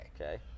Okay